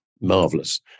marvelous